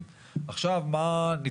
לעבור כמה שיותר מהר,